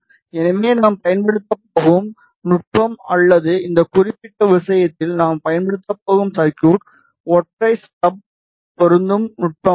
எனவே நாம் பயன்படுத்தப் போகும் நுட்பம் அல்லது இந்த குறிப்பிட்ட விஷயத்தில் நாம் பயன்படுத்தப் போகும் சர்குய்ட் ஒற்றை ஸ்டப் பொருந்தும் நுட்பமாகும்